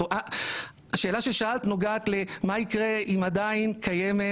השאלה ששאלת נוגעת למה יקרה אם עדיין קיימת